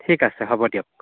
ঠিক আছে হ'ব দিয়ক